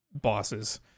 bosses